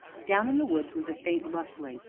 down in the woods was a faint rustling,